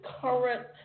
current